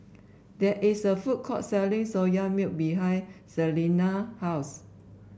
there is a food court selling Soya Milk behind Celena's house